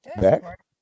Back